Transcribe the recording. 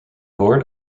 board